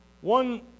One